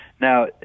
Now